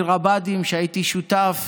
עיר הבה"דים, שהייתי שותף